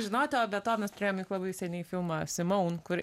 žinoti o be to mes turėjom labai seniai filmą simon kur